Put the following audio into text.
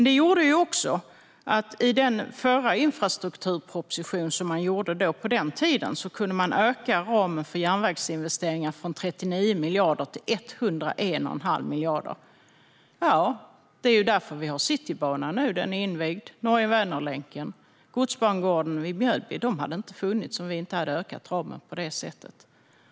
Det gjorde också att man i den infrastrukturproposition som man lade fram på den tiden kunde öka ramen för järnvägsinvesteringar från 39 miljarder till 101 1⁄2 miljard. Ja, det är därför vi har Citybanan nu - den är invigd. Norge-Vänerlänken och godsbangården i Mjölby hade inte funnits om vi inte hade ökat ramen på det sättet.